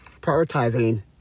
Prioritizing